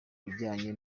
bijyanye